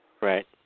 Right